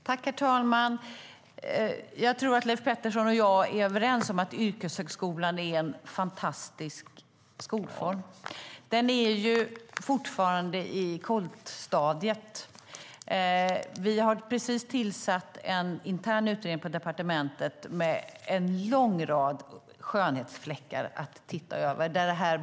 Herr talman! Jag tror att Leif Pettersson och jag är överens om att yrkeshögskolan är en fantastisk skolform. Den är fortfarande i koltstadiet. Vi har precis tillsatt en intern utredning på departementet med en lång rad skönhetsfläckar att titta över.